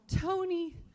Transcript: Tony